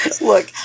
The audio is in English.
Look